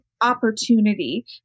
opportunity